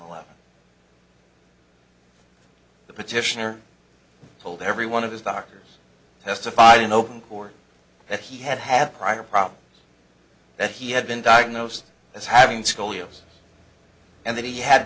eleven the petitioner told every one of his doctors testified in open court that he had have a prior problem that he had been diagnosed as having scoliosis and that he had